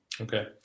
Okay